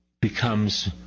becomes